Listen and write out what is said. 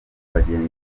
bagenzi